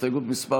הסתייגות מס'